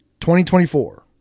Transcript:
2024